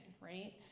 right